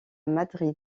madrid